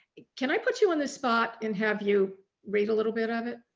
can i put you on the spot and have you read a little bit of it?